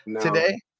today